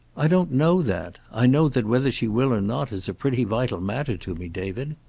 i don't know that. i know that whether she will or not is a pretty vital matter to me, david.